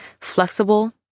flexible